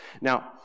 Now